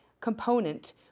component